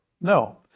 No